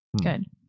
Good